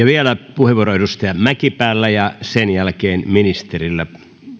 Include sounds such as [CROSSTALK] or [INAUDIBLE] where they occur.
[UNINTELLIGIBLE] vielä puheenvuoro edustaja mäkipäällä ja sen jälkeen ministerillä arvoisa